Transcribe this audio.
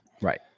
Right